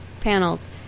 panels